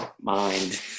mind